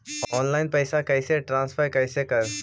Online पैसा कैसे transfer कैसे कर?